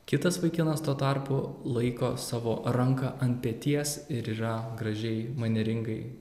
kitas vaikinas tuo tarpu laiko savo ranką ant peties ir yra gražiai manieringai